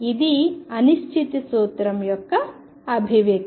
ఇది అనిశ్చితి సూత్రం యొక్క అభివ్యక్తి